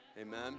Amen